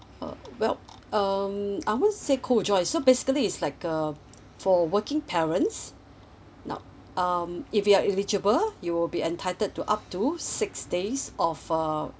uh well um I won't say so basically is like uh for working parents now um if you are eligible you will be entitled to up to six days of uh